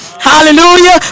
Hallelujah